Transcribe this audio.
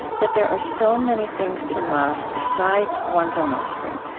but there are so many things to love besides one's own offspring,